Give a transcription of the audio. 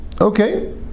Okay